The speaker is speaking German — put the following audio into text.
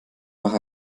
nach